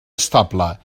estable